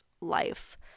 life